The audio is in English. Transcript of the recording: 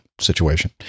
situation